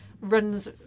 runs